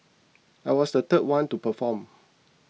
I was the third one to perform